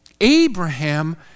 Abraham